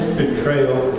betrayal